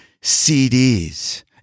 CDs